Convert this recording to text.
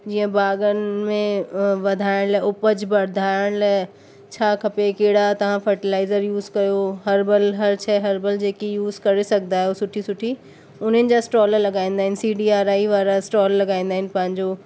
जीअं बागन में वधाइण लाइ उपज वधाइण लाइ छा खपे कहिड़ा था फर्टिलाइजर यूज कयो हर्बल हर छइ हर्बल जेकी यूज करे सघंदा आहियो सुठी सुठी उनजा स्टॉल लॻाईंदा आहिनि सिडी या रही वारा स्टॉल लॻाईंदा आहिनि पंहिंजो